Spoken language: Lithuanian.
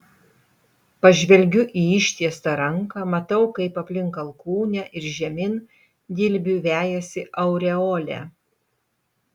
pažvelgiu į ištiestą ranką matau kaip aplink alkūnę ir žemyn dilbiu vejasi aureolė